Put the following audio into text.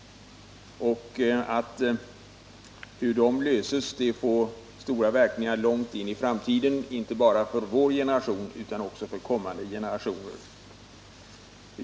Besluten i dem får stora verkningar långt in i framtiden, inte bara för vår generation, utan också för kommande generationer.